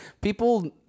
people